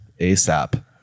ASAP